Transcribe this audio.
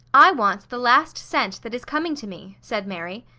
i want the last cent that is coming to me, said mary.